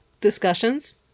discussions